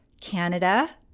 Canada